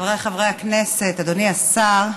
חבריי חברי הכנסת, אדוני השר,